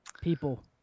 People